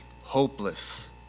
hopeless